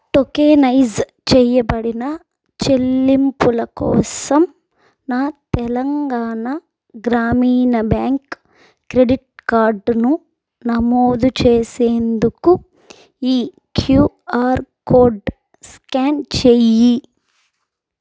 tokenise చేయబడిన చెల్లింపుల కోసం నా తెలంగాణ గ్రామీణ బ్యాంక్ క్రెడిట్ కార్డును నమోదు చేసేందుకు ఈ క్యూఆర్ కోడ్ స్కాన్ చేయి